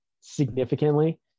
significantly